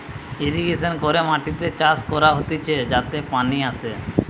irrigation করে মাটিতে চাষ করা হতিছে যাতে পানি আসে